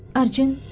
arjun.